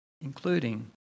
including